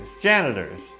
Janitors